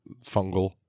fungal